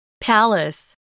Palace